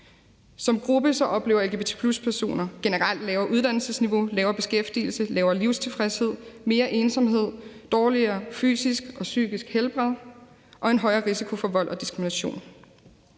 Som gruppe oplever lgbt+-personer generelt et lavere uddannelsesniveau, lavere beskæftigelse, lavere livstilfredshed, mere ensomhed, et dårligere fysisk og psykisk helbred og en højere risiko for vold og diskrimination,